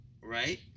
Right